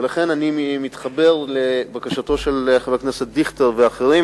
ולכן אני מתחבר לבקשתם של חבר הכנסת דיכטר ואחרים: